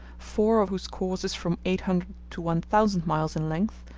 four whose course is from eight hundred to one thousand miles in length,